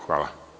Hvala.